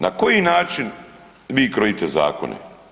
Na koji način vi krojite zakone?